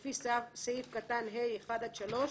לפי סעיף קטן (ה)(1) עד (3),